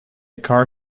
car